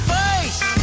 face